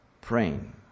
praying